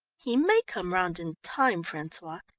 he may come round in time, francois.